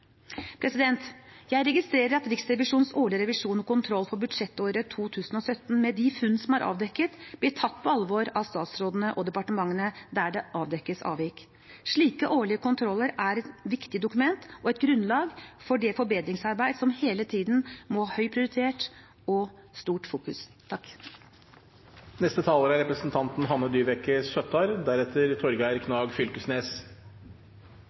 Jeg registrerer at Riksrevisjonens årlige revisjon og kontroll for budsjettåret 2017, med de funn som er avdekket, blir tatt på alvor av statsrådene og departementene der det avdekkes avvik. Slike årlige kontroller er et viktig dokument og et grunnlag for det forbedringsarbeid som hele tiden må ha høy prioritet og stort fokus.